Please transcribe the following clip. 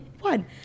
one